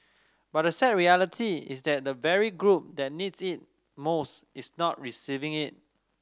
but the sad reality is that the very group that needs it most is not receiving it